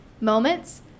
moments